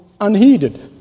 unheeded